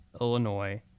Illinois